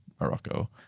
Morocco